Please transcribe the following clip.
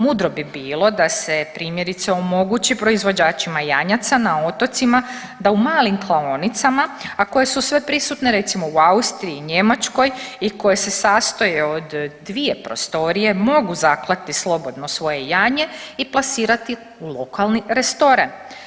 Mudro bi bilo da se primjerice omogući proizvođačima janjaca na otocima da u malim klaonicama, a koje su sve prisutne recimo u Austriji, Njemačkoj i koje se sastoje dvije prostorije mogu zakladi slobodno svoje janje i plasirati u lokalni restoran.